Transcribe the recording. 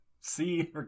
see